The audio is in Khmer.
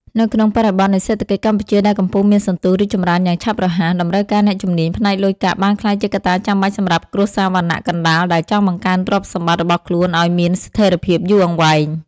នៅក្នុងបរិបទនៃសេដ្ឋកិច្ចកម្ពុជាដែលកំពុងមានសន្ទុះរីកចម្រើនយ៉ាងឆាប់រហ័ស តម្រូវការអ្នកជំនាញផ្នែកលុយកាក់បានក្លាយជាកត្តាចាំបាច់សម្រាប់គ្រួសារវណ្ណៈកណ្ដាលដែលចង់បង្កើនទ្រព្យសម្បត្តិរបស់ខ្លួនឱ្យមានស្ថិរភាពយូរអង្វែង។